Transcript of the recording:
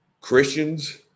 Christians